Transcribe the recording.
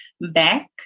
back